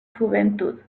juventud